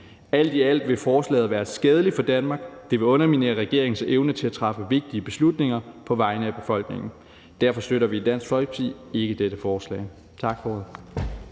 Alt i alt vil forslaget være skadeligt for Danmark. Det vil underminere regeringens evne til at træffe vigtige beslutninger på vegne af befolkningen. Derfor støtter vi i Dansk Folkeparti ikke dette forslag. Tak for ordet.